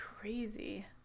crazy